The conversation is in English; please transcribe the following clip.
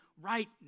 right